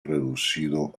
reducido